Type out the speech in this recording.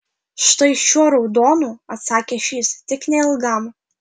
štai šiuo raudonu atsakė šis tik neilgam